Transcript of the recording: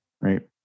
right